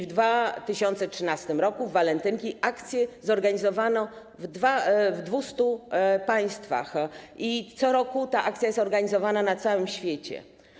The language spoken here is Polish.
W 2013 r. w walentynki akcję zorganizowano w dwustu państwach i co roku ta akcja jest organizowana jest na całym świecie.